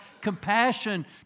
compassion